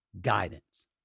guidance